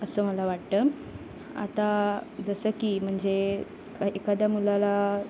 असं मला वाटतं आता जसं की म्हणजे एखाद्या मुलाला